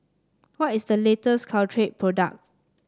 what is the latest Caltrate product